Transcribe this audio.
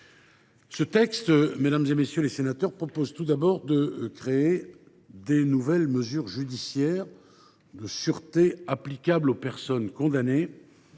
Ce texte, mesdames, messieurs les sénateurs, crée tout d’abord de nouvelles mesures judiciaires de sûreté applicables aux personnes condamnées